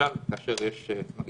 למשל כשיש מצב קורונה.